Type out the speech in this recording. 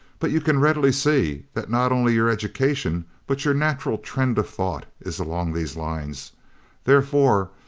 but you can readily see that not only your education, but your natural trend of thought, is along these lines therefore,